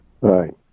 right